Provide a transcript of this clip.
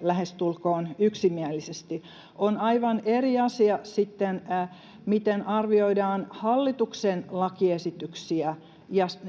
lähestulkoon yksimielisesti. On aivan eri asia sitten, miten arvioidaan hallituksen lakiesityksiä